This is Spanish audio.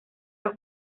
los